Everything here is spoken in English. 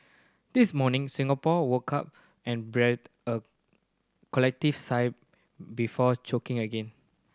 this morning Singapore woke up and breathed a collective sigh before choking again